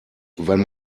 wenn